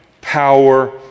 power